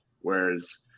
whereas